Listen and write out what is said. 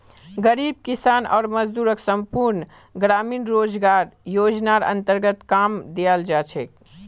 गरीब किसान आर मजदूरक संपूर्ण ग्रामीण रोजगार योजनार अन्तर्गत काम दियाल जा छेक